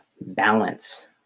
balance